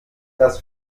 das